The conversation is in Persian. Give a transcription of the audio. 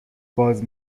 باز